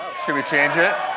should we change it?